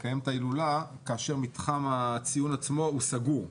לקיים את ההילולה כאשר מתחם הציון עצמו סגור.